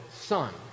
son